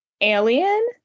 Alien